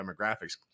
demographics